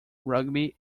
rugby